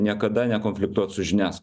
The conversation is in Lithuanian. niekada nekonfliktuot su žinias